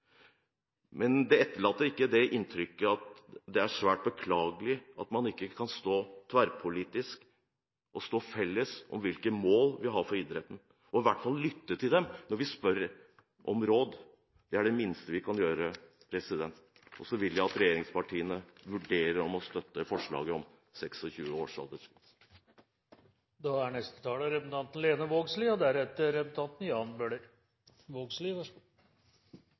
Men det etterlater et inntrykk av at det er svært beklagelig at vi ikke tverrpolitisk kan stå sammen om hvilke mål vi har for idretten, at vi i hvert fall lytter til idretten når vi spør om råd. Det er det minste vi kan gjøre. Jeg håper at regjeringspartiene vurderer å støtte forslaget om 26 års aldersgrense. Komiteen viser i sine merknadar til eit glimrande eksempel frå mitt fylke, Telemark, og